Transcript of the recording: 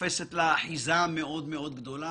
שאין לו שום רקע פיננסים, ממונה ליו"ר מגדל?